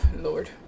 Lord